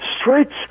streets